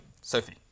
Sophie